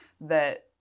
that-